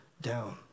down